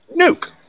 nuke